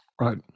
Right